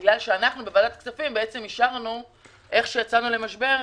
כי בוועדת הכספים אישרנו איך שיצאנו למשבר,